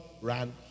ran